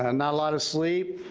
and not a lot of sleep,